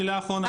מילה אחרונה.